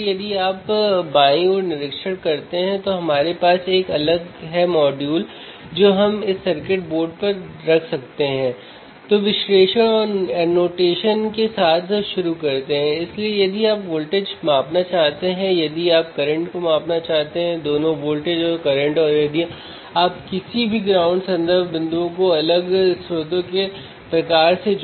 अब buffer V1 और V2 पर सीधे लागू वोल्टेज को समझें आउटपुट वोल्टेज Vout